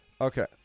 okay